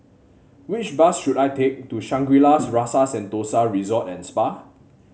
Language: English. which bus should I take to Shangri La's Rasa Sentosa Resort and Spa